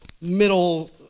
middle